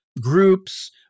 groups